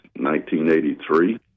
1983